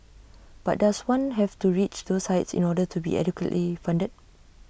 but does one have to reach those heights in order to be adequately funded